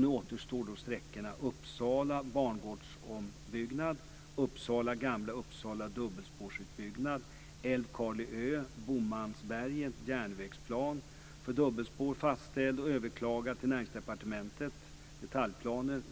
Nu återstår Uppsala bangårdsombyggnad och sträckan Uppsala-Gamla Uppsala dubbelspårsutbyggnad. För Älvkarleö-Bomansberget finns en järnvägsplan för dubbelspår fastställd, men den är överklagad till Näringsdepartementet. Detaljplanen